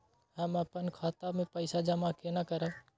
हम अपन खाता मे पैसा जमा केना करब?